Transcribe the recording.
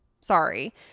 sorry